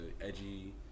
edgy